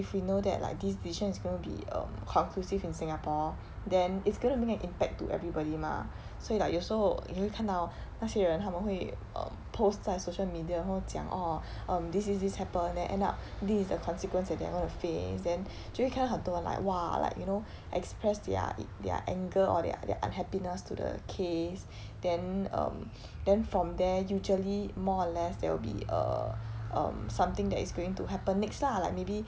if we know that like this decision is going to be um conclusive in singapore then it's going to make an impact to everybody mah 所以 like 有时候你会看到那些人他们会 um post 在 social media 然后讲 orh um this this this happen then end up this is consequence that they are going to face then 就会看到很多 like !wah! like you know express their their anger or their their unhappiness to the case then um then from there usually more or less that will be err um something that is going to happen next lah like maybe